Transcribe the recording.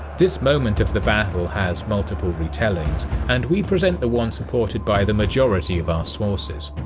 this moment of the battle has multiple retellings, and we present the one supported by the majority of our sources.